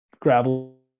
gravel